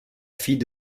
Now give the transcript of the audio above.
fille